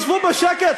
ישבו בשקט?